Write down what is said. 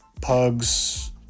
Pugs